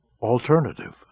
alternative